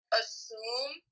assume